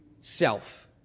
self